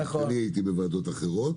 גם אני הייתי בוועדות אחרות.